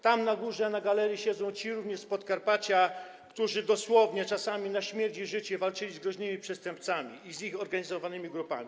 Tam, na górze, na galerii, siedzą ci z Podkarpacia, którzy dosłownie czasami na śmierć i życie walczyli z groźnymi przestępcami, z ich zorganizowanymi grupami.